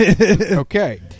Okay